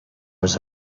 was